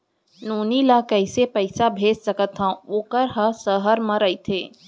नोनी ल कइसे पइसा भेज सकथव वोकर ह सहर म रइथे?